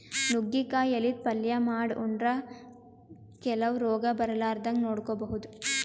ನುಗ್ಗಿಕಾಯಿ ಎಲಿದ್ ಪಲ್ಯ ಮಾಡ್ ಉಂಡ್ರ ಕೆಲವ್ ರೋಗ್ ಬರಲಾರದಂಗ್ ನೋಡ್ಕೊಬಹುದ್